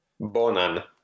Bonan